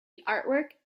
artwork